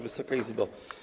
Wysoka Izbo!